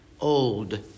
old